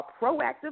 proactive